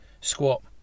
squat